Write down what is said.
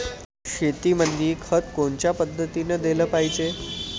शेतीमंदी खत कोनच्या पद्धतीने देलं पाहिजे?